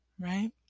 Right